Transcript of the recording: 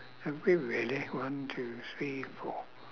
have we really one two three four